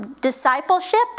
discipleship